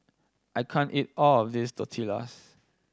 I can't eat all of this Tortillas